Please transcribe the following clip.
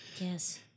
Yes